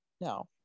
No